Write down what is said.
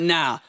now